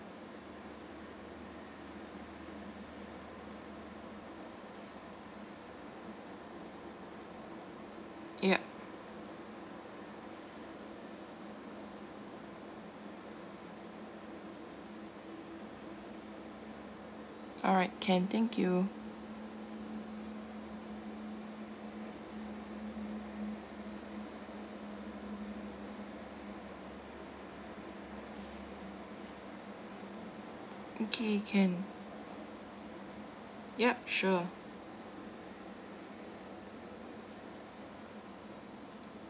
yup alright can thank you okay can yup sure